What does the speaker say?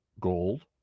Gold